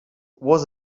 was